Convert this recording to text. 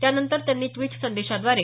त्यानंतर त्यांनी ड्विट संदेशाद्वारे